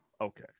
Okay